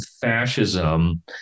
fascism